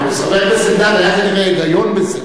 הכנסת אלדד, היה כנראה היגיון בזה.